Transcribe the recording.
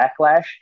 backlash